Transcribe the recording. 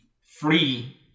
free